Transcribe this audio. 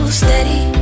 steady